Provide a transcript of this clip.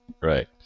right